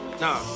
No